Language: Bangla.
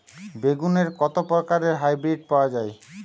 বেগুনের কত প্রকারের হাইব্রীড পাওয়া যায়?